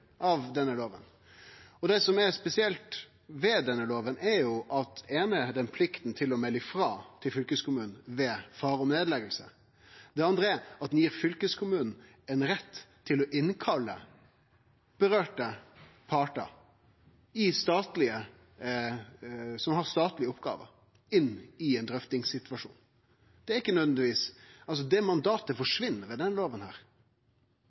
av denne loven. Og det som er spesielt med denne loven, er for det første plikta til å melde frå til fylkeskommunen ved fare for nedlegging. For det andre gir loven fylkeskommunen ein rett til å innkalle dei partane det vedkjem som har statlege oppgåver, i ein drøftingssituasjon. Det mandatet forsvinn med denne endringa, men gjennom den loven har ein eksplisitt rett til å drive den